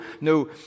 No